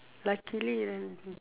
luckily then